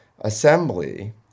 Assembly